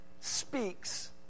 speaks